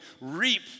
reap